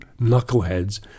knuckleheads